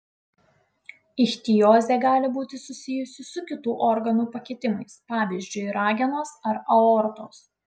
ichtiozė gali būti susijusi su kitų organų pakitimais pavyzdžiui ragenos ar aortos